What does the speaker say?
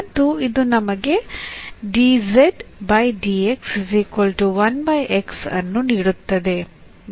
ಮತ್ತು ಇದು ನಮಗೆ ಅನ್ನು ನೀಡುತ್ತದೆ